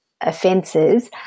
offences